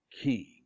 King